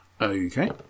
Okay